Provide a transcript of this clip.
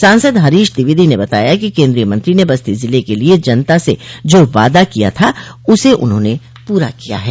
सांसद हरीश द्विवेदी ने बताया कि केन्द्रीय मंत्री ने बस्ती जिले के लिये जनता से जो वादा किया था उस उन्होंने पूरा किया है